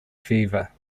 fever